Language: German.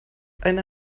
eine